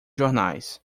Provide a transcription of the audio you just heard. jornais